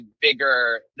bigger